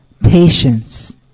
Patience